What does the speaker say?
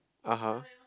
(uh huh)